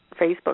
Facebook